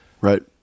Right